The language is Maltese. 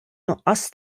nuqqas